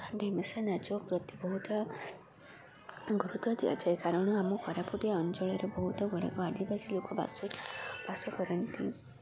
ଢେମସା ନାଚ ପ୍ରତି ବହୁତ ଗୁରୁତ୍ୱ ଦିଆଯାଏ କାରଣ ଆମ କୋରାପୁଟିଆ ଅଞ୍ଚଳରେ ବହୁତ ଗୁଡ଼ାକ ଆଦିବାସୀ ଲୋକ ବାସ ବାସ କରନ୍ତି